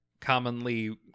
commonly